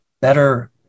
better